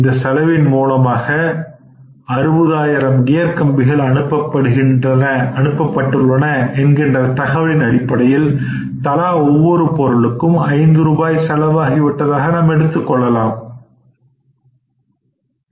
இந்த செலவின் மூலமாக 60000 கியர் கம்பிகள் அனுப்பப்பட்டுள்ள என்கின்ற தகவலின் அடிப்படையில் தலா ஒவ்வொரு பொருளுக்கும் ஐந்து ரூபாய் செலவாகி விட்டதாக நாம் எடுத்துக் கொள்கிறோம்